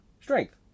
strength